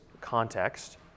context